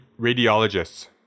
radiologists